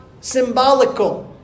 symbolical